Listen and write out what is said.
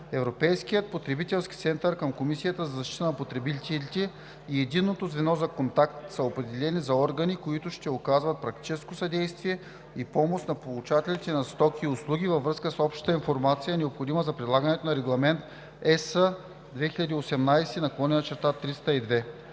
Европейският потребителски център към Комисията за защита на потребителите и Единното звено за контакт са определени за органи, които ще оказват практическо съдействие и помощ на получателите на стоки и услуги във връзка с общата информация, необходима за прилагането на Регламент (ЕС) 2018/302.